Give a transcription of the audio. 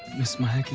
miss maya.